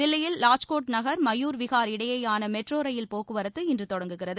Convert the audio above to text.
தில்லியில் லாஜ்கோட் நகர் மயூர் விஹார் இடையேயான metro rail போக்குவரத்து இன்று தொடங்குகிறது